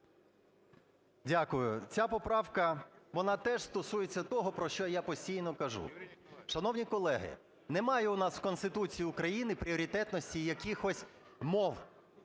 Дякую. Ця поправка, вона теж стосується того, про що я постійно кажу. Шановні колеги, немає у нас в Конституції України пріоритетності якихось мов.